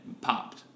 popped